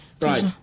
Right